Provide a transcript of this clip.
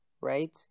right